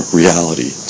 reality